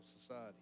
society